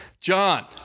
John